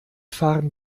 fahren